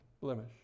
blemish